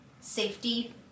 safety